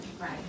right